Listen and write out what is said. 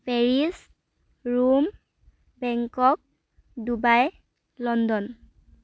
Paris Rome Bangkok Dubai London